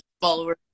followers